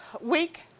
week